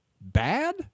bad